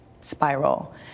spiral